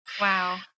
Wow